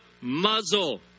muzzle